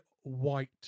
white